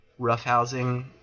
roughhousing